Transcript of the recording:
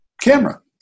camera